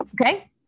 okay